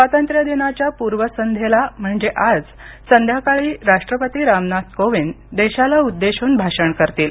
स्वातंत्र्यदिनाच्या पूर्वसंध्येला म्हणजे आज संध्याकाळी राष्ट्रपती रामनाथ कोविंद देशाला उद्देशून भाषण करतील